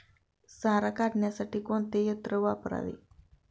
सारा काढण्यासाठी कोणते यंत्र वापरावे?